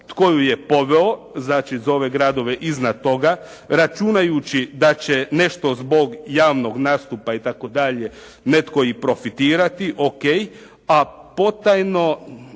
tko ju je poveo, znači za ove gradove iznad toga, računajući da će nešto zbog javnog nastupa itd. netko i profitirati, O.k., a potajno